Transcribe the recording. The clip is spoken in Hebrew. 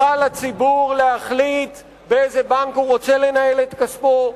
הציבור יוכל להחליט באיזה בנק הוא רוצה לנהל את כספו,